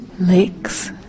lakes